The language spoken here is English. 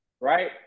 right